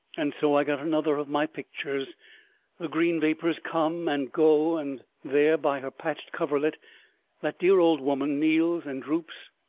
and so i got another of my pictures the green vapors come and go, and there by her patched coverlet that dear old woman kneels and droops,